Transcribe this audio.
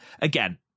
Again